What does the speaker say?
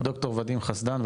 ד"ר ודים חסדן,